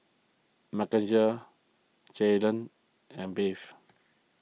Mackenzie Jaylan and Beth